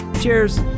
Cheers